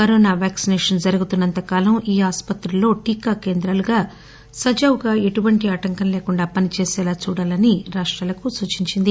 corona vaccination జరుగుతున్నంత కాలం ఈ ఆస్పత్రిలో టీకా కేంద్రాలు సజావుగా ఎటువంటి ఆటంకం లేకుండా పనిచేసేలా చూడాలని రాష్టాలకు సూచించింది